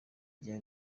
rye